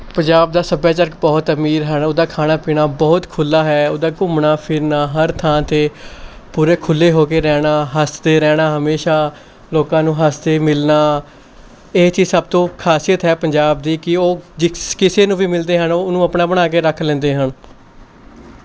ਪੰਜਾਬ ਦਾ ਸੱਭਿਆਚਾਰਕ ਬਹੁਤ ਅਮੀਰ ਹਨ ਉਹਦਾ ਖਾਣਾ ਪੀਣਾ ਬਹੁਤ ਖੁੱਲ੍ਹਾ ਹੈ ਉਹਦਾ ਘੁੰਮਣਾ ਫਿਰਨਾ ਹਰ ਥਾਂ 'ਤੇ ਪੂਰੇ ਖੁੱਲ੍ਹੇ ਹੋ ਕੇ ਰਹਿਣਾ ਹੱਸਦੇ ਰਹਿਣਾ ਹਮੇਸ਼ਾ ਲੋਕਾਂ ਨੂੰ ਹੱਸਦੇ ਮਿਲਣਾ ਇਹ ਚੀਜ਼ ਸਭ ਤੋਂ ਖਾਸੀਅਤ ਹੈ ਪੰਜਾਬ ਦੀ ਕਿ ਉਹ ਜਿਸ ਕਿਸੇ ਨੂੰ ਵੀ ਮਿਲਦੇ ਹਨ ਉਹ ਉਹਨੂੰ ਆਪਣਾ ਬਣਾ ਕੇ ਰੱਖ ਲੈਂਦੇ ਹਨ